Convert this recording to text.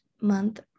month